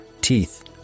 teeth